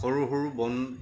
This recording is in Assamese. সৰু সৰু বন